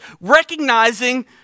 recognizing